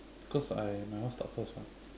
because I my one start first [what]